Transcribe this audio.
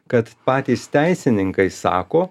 kad patys teisininkai sako